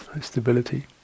stability